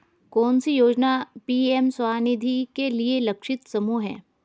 कौन सी योजना पी.एम स्वानिधि के लिए लक्षित समूह है?